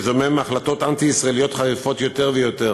הזומם החלטות אנטי-ישראליות חריפות יותר ויותר.